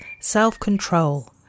self-control